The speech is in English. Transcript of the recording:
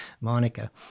Monica